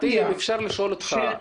מה שאמרת עכשיו,